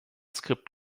skript